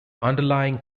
underlying